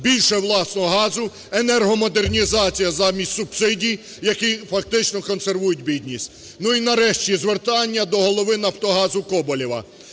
Більше власного газу, енергомодернізація замість субсидій, які фактично консервують бідність. Ну і нарешті звертання до голови "Нафтогазу" Коболєва.